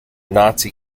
nazi